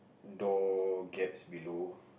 door gaps below